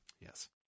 Yes